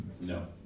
No